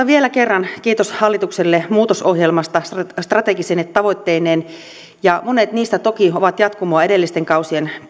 vielä kerran kiitos hallitukselle muutosohjelmasta strategisine tavoitteineen monet niistä toki ovat jatkumoa edellisten kausien